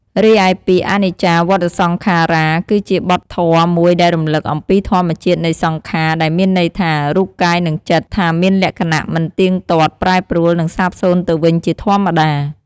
រីឯពាក្យ អនិច្ចាវតសង្ខារ៉ា គឺជាបទធម៌មួយដែលរំលឹកអំពីធម្មជាតិនៃសង្ខារ ដែលមានន័យថា រូបកាយនិងចិត្ត ថាមានលក្ខណៈមិនទៀងទាត់ ប្រែប្រួល និងសាបសូន្យទៅវិញជាធម្មតា។